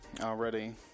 already